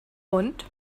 und